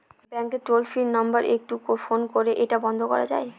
ব্যাংকের toll free number একটু phone করে এটা বন্ধ করা যায়?